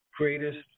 greatest